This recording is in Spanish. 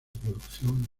producción